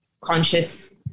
conscious